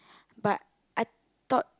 but I thought